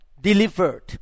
delivered